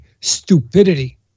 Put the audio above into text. stupidity